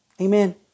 Amen